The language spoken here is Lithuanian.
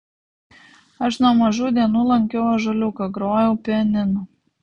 aš nuo mažų dienų lankiau ąžuoliuką grojau pianinu